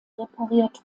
repariert